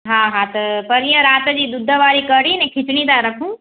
हा हा त पणीअं राति जी ॾुध वारी कढ़ी न खिचड़ी था रखूं